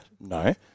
No